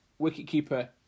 wicketkeeper